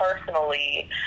personally